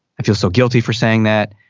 i feel so guilty for saying that.